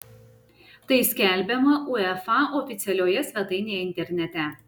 tai skelbiama uefa oficialioje svetainėje internete